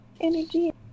energy